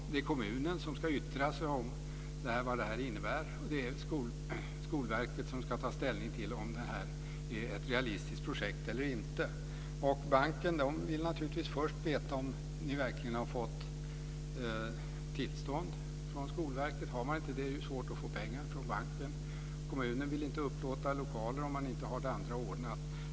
Det är kommunen som ska yttra sig om vad detta innebär, och det är Skolverket som ska ta ställning till om detta är ett realistiskt projekt eller inte. Banken vill naturligtvis först veta om man verkligen har fått tillstånd från Skolverket. Har man inte det är det ju svårt att få pengar från banken. Kommunen vill inte upplåta lokaler om man inte har det andra ordnat.